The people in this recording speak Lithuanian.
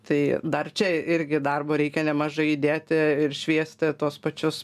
tai dar čia irgi darbo reikia nemažai įdėti ir šviesti tuos pačius